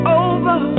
over